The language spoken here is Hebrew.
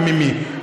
וממי?